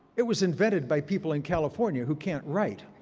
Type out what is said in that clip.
it was invented by people in california who can't write.